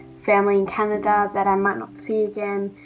family in canada that i might not see again,